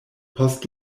post